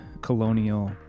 colonial